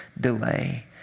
delay